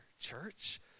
church